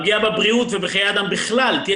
הפגיעה בבריאות ובחיי אדם בכלל תהיה